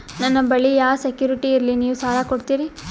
ನನ್ನ ಬಳಿ ಯಾ ಸೆಕ್ಯುರಿಟಿ ಇಲ್ರಿ ನೀವು ಸಾಲ ಕೊಡ್ತೀರಿ?